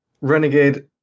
Renegade